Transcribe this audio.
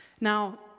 Now